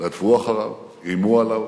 רדפו אחריו, איימו עליו,